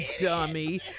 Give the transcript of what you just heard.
Dummy